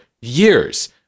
years